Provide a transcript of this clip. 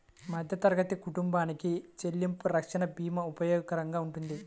మధ్యతరగతి కుటుంబాలకి చెల్లింపు రక్షణ భీమా ఉపయోగకరంగా వుంటది